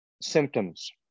symptoms